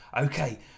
Okay